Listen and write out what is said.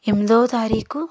ఎనిమిదవ తారీకు